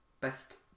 Best